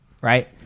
right